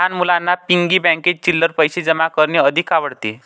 लहान मुलांना पिग्गी बँकेत चिल्लर पैशे जमा करणे अधिक आवडते